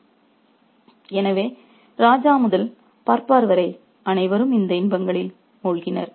refer slide time 0527 எனவே 'ராஜா முதல் பாப்பர் வரை அனைவரும் இந்த இன்பங்களில் மூழ்கினர்